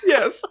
Yes